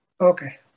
Okay